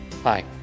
Hi